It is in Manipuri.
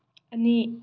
ꯑꯅꯤ